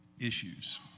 issues